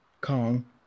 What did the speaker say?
Kong